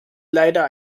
leider